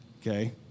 Okay